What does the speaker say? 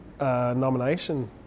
Nomination